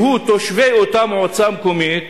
של תושבי אותה מועצה מקומית,